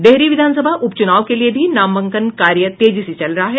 डेहरी विधान सभा उप चुनाव के लिए भी नामांकन कार्य तेजी से चल रहा है